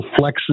flexes